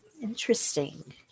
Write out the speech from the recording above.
interesting